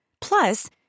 Plus